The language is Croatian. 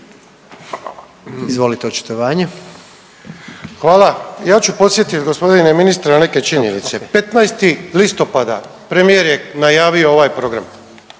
Andro (HDZ)** Hvala. Ja ću podsjetiti g. ministre, na neke činjenice. 15. listopada premijer je najavio ovaj program.